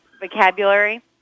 vocabulary